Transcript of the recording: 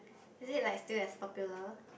is it like still as popular